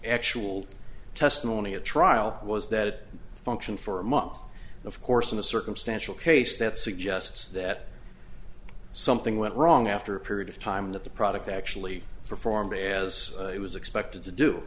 actual testimony at trial was that function for a month of course in a circumstantial case that suggests that something went wrong after a period of time that the product actually performed as it was expected to do